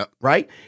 right